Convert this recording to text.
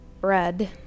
bread